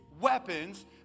Weapons